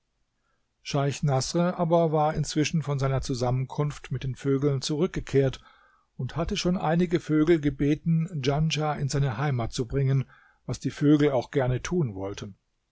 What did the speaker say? scheich naßr aber war inzwischen von seiner zusammenkunft mit den vögeln zurückgekehrt und hatte schon einige vögel gebeten djanschah in seine heimat zu bringen was die vögel auch gerne tun wollten